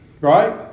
right